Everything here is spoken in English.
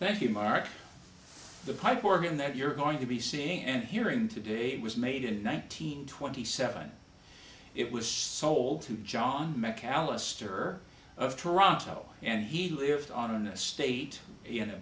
thank you marc the pipe organ that you're going to be seeing and hearing today it was made in nineteen twenty seven it was sold to john mccallister of toronto and he lived on an estate in a